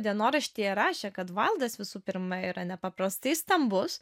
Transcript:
dienoraštyje rašė kad vaildas visų pirma yra nepaprastai stambus